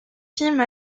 films